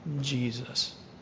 Jesus